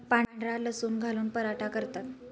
पांढरा लसूण घालून पराठा करतात